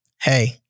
hey